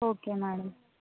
okay madam